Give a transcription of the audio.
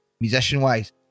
musician-wise